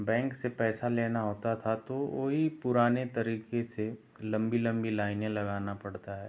bank से पैसा लेना होता था तो वही पुराने तरीके से लम्बी लम्बी लाइने लगाना पड़ता है